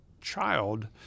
child